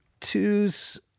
twos